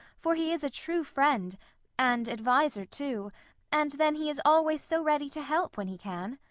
for he is a true friend and adviser, too and then he is always so ready to help when he can.